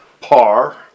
par